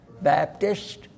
Baptist